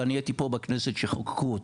ואני הייתי פה בכנסת כשחוקקו אותו.